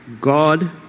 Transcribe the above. God